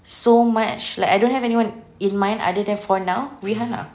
so much like I don't have anyone in mind other than for now rihanna